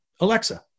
Alexa